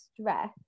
stress